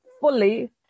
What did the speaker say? fully